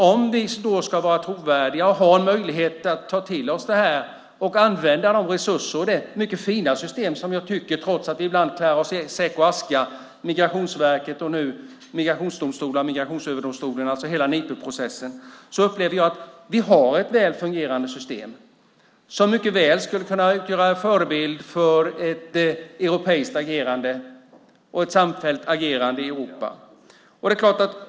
Om vi ska vara trovärdiga måste vi ha möjlighet att ta till oss detta, använda resurser och detta mycket fina system med Migrationsverket, migrationsdomstolar och nu Migrationsöverdomstolen och hela processen, trots att vi ibland klär oss i säck och aska. Jag upplever att vi har ett väl fungerande system. Det skulle mycket väl kunna utgöra förebild för ett samfällt europeiskt agerande i Europa.